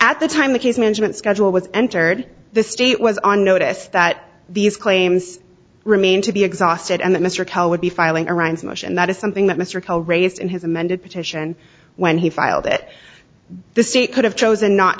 at the time the case management schedule was entered the state was on notice that these claims remain to be exhausted and that mr cal would be filing iran's motion that is something that mr cole raised in his amended petition when he filed it the state could have chosen not